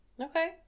Okay